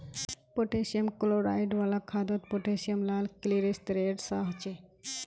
potassium chloride वाला खादोत potassium लाल क्लिस्तेरेर सा होछे